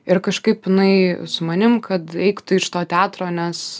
ir kažkaip jinai su manim kad eik tu iš to teatro nes